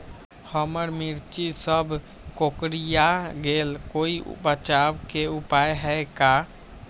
हमर मिर्ची सब कोकररिया गेल कोई बचाव के उपाय है का?